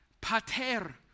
Pater